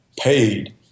paid